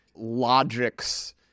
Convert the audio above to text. logics